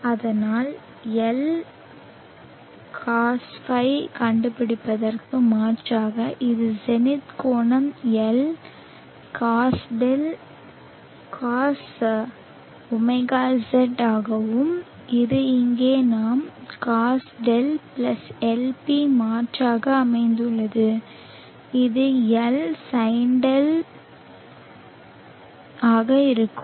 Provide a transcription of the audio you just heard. அதனால் எல் கோசஸைக் கண்டுபிடிப்பதற்கு மாற்றாக இது ஜெனித் கோணம் L cosδ cosωz ஆகும் இது இங்கே நாம் cosϕ plus Lp மாற்றாக அமைந்துள்ளது இது L sinδ மாக இருக்கிறது